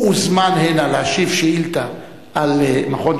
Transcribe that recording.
הוא הוזמן הנה להשיב על שאילתא על מכון